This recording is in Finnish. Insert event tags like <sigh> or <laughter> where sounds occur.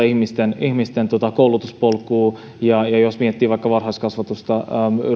<unintelligible> ihmisten ihmisten koulutuspolkua ja ja jos miettii vaikka varhaiskasvatusta